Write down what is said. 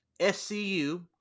SCU